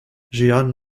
jian